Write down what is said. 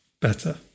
better